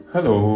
Hello